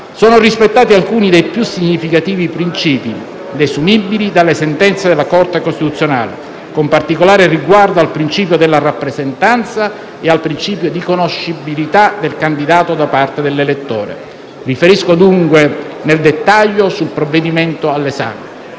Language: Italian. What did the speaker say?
Sono rispettati alcuni dei più significativi principi desumibili dalle sentenze della Corte costituzionale, con particolare riguardo al principio della rappresentanza e al principio di conoscibilità del candidato da parte dell'elettore. Riferisco dunque, nel dettaglio, sul provvedimento in esame.